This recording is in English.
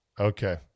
Okay